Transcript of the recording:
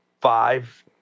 five